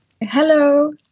hello